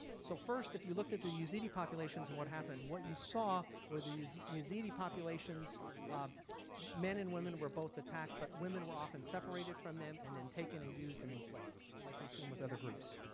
so first if you looked at the yazidi populations and what happened, what you saw were the yazidi populations men and women were both attacked but women were often separated from them and then taken and used and enslaved like we've seen with other groups.